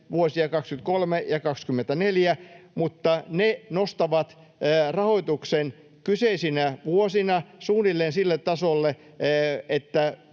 vuosia 23 ja 24, mutta ne nostavat rahoituksen kyseisinä vuosina suunnilleen sille tasolle, että